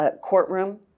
courtroom